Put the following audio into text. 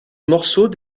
morceau